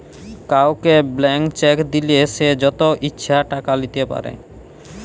কাউকে blank cheque দিলে সে যত ইচ্ছা টাকা লিতে পারে